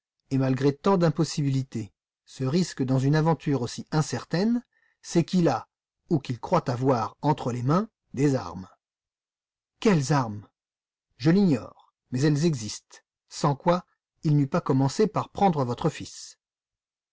et malgré tant d'impossibilités se risque dans une aventure aussi incertaine c'est qu'il a ou qu'il croit avoir entre les mains des armes quelles armes je l'ignore mais elles existent sans quoi il n'eût pas commencé par prendre votre fils